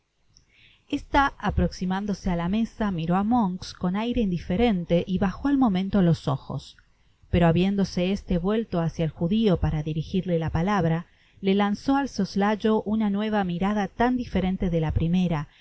ksta aprocsimándose á la mesa miró á monks con aire indiferente y bajo al momento los ojos pero habiéndose este vuelto hacia el judio para dirijirle la palabra le lanzó al soslayo una nueva mirada tan diferente de la primera